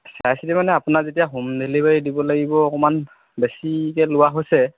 চাই চিতি মানে আপোনাৰ যেতিয়া হোম ডেলিভেৰী দিব লাগিব অকণমান বেছিকৈ লোৱা হৈছে